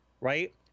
right